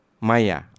maya